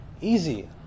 easy